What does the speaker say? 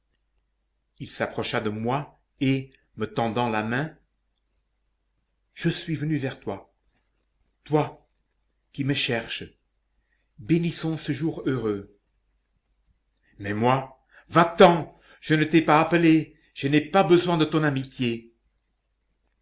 il s'approcha de moi et me tendant la main je suis venu vers toi toi qui me cherches bénissons ce jour heureux mais moi va-t-en je ne t'ai pas appelé je n'ai pas besoin de ton amitié